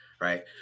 right